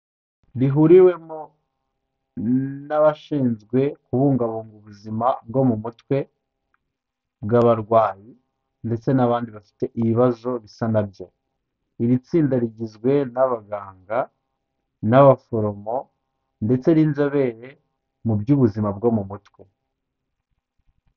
Rihuriwemo n'abashinzwe kubungabunga ubuzima bwo mu mutwe bw'abarwayi ndetse n'abandi bafite ibibazo bisa na byo. Iri tsinda rigizwe n'abaganga, n'abaforomo ndetse n'inzobere mu by'ubuzima bwo mu mutwe.